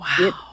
Wow